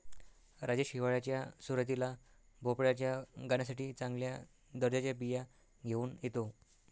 राजेश हिवाळ्याच्या सुरुवातीला भोपळ्याच्या गाण्यासाठी चांगल्या दर्जाच्या बिया घेऊन येतो